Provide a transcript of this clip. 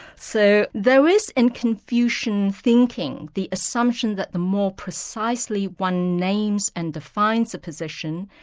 so there is in confucian thinking the assumption that the more precisely one names and defines a position,